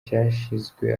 cyashyizwe